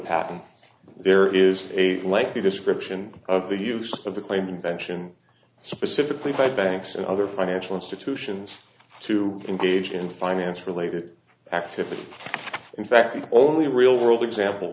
patent there is a lengthy description of the use of the claimed invention specifically by banks and other financial institutions to engage in finance related activities in fact the only real world example